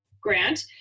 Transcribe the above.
grant